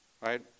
Right